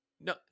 No